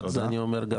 אני אומר את